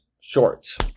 shorts